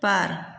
बार